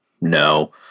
No